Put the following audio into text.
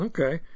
Okay